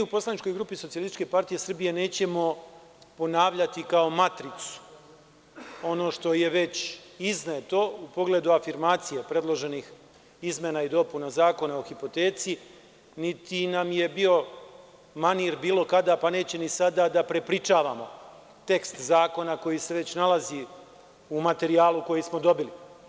U poslaničkoj grupi SPS nećemo ponavljati kao matricu ono što je već izneto u pogledu afirmacije predloženih izmena i dopuna Zakona o hipoteci, niti nam je bio manir bilo kada, pa neće ni sada, da prepričavamo tekst zakona koji se već nalazi u materijalu koji smo dobili.